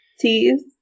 teas